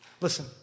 Listen